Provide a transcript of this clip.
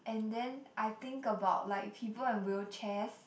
and then I think about like people in wheelchairs